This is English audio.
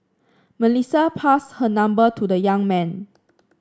Melissa passed her number to the young man